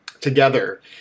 together